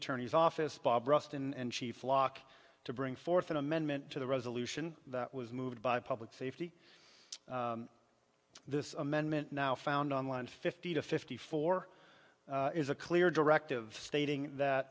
attorney's office bob rust and chief lock to bring forth an amendment to the resolution that was moved by public safety this amendment now found online fifty to fifty four is a clear directive stating that